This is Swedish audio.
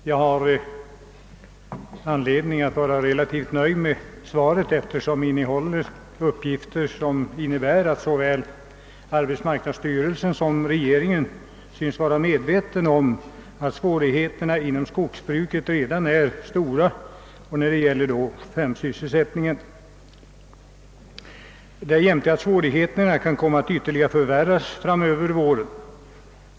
Jag har anledning att vara relativt nöjd, eftersom det innehåller uppgifter som tyder på att såväl arbetsmarknadsstyrelsen som regeringen synes vara medvetna om att sysselsättningssvårigheterna inom skogsbruket redan är stora och därjämte kan komma att ytterligare förvärras under våren.